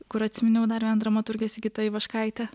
kur atsiminiau dar viena dramaturgė sigita ivaškaitė